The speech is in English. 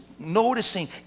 noticing